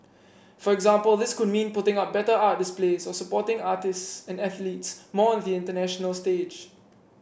for example this could mean putting up better art displays or supporting artists and athletes more on the international stage